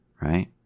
Right